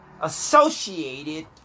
associated